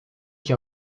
que